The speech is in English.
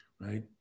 right